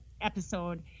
episode